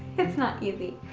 it's not easy.